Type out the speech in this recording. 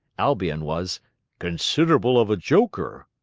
albion was consid'able of a joker,